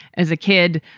as a kid.